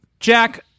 Jack